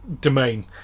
domain